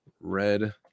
red